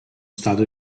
stato